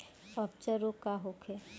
अपच रोग का होखे?